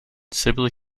sibley